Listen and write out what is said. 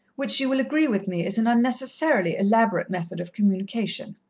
which you will agree with me is an unnecessarily elaborate method of communication.